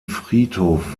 friedhof